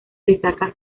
destaca